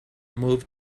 moved